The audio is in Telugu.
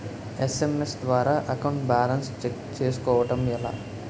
ఎస్.ఎం.ఎస్ ద్వారా అకౌంట్ బాలన్స్ చెక్ చేసుకోవటం ఎలా?